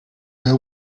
haver